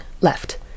left